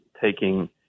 taking